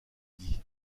dit